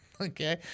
Okay